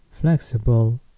flexible